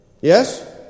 Yes